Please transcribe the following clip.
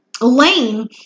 Lane